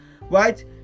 right